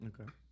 Okay